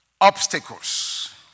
Obstacles